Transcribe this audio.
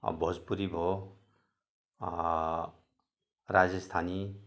भोजपुरी भयो राजस्थानी